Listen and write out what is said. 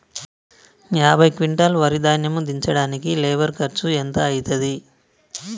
యాభై క్వింటాల్ వరి ధాన్యము దించడానికి లేబర్ ఖర్చు ఎంత అయితది?